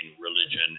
religion